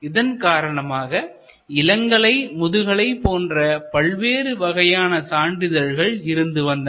இதன்காரணமாக இளங்கலை முதுகலை போன்ற பல்வேறு வகையான சான்றிதழ்கள் இருந்துவந்தன